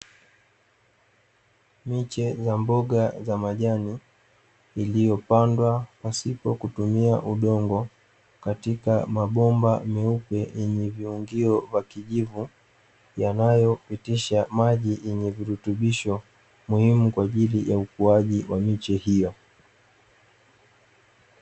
Miche ya mboga za majani iliyopandwa pasipo kutumia udongo katika mabomba meupe yenye viungio vya kijivu yanayo pitisha maji yenye virutubisho muhimu kwa ajili ya ukuaji wa miche hiyo.